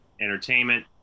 entertainment